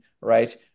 right